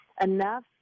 enough